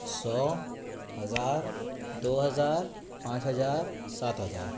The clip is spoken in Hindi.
सौ हज़ार दो हज़ार पाच हज़ार सात हज़ार